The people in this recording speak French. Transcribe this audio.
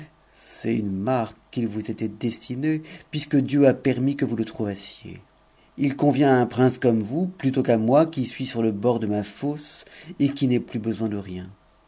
c'est une marque qu'il vous était destiné puisque dieu a permis que vous le trouvassiez il convient à un prince comme vous plutôt qu'à moi qui suis sur le bord de ma fosse et qui n'ai plus besoin de rien